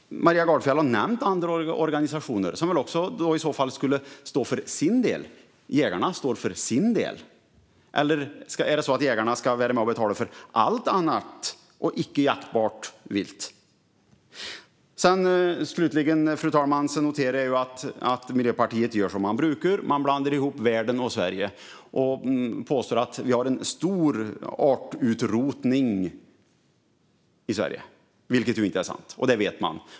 Maria Gardfjell har nämnt andra organisationer, som väl också i så fall skulle stå för sin del? Jägarna står för sin del. Eller ska jägarna vara med och betala för allt annat och icke jaktbart vilt? Slutligen, fru talman, noterar jag att Miljöpartiet gör som man brukar. Man blandar ihop världen och Sverige och påstår att vi har en stor artutrotning i Sverige. Det är inte sant, och det vet man.